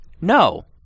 no